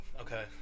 Okay